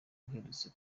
uherutse